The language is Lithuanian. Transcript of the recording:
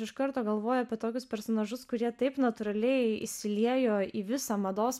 iš karto galvoju apie tokius personažus kurie taip natūraliai įsiliejo į visą mados